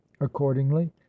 accordingly